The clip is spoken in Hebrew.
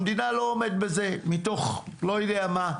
המדינה לא עומדת בזה מתוך לא יודע מה.